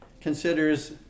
considers